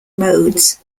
modes